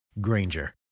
Granger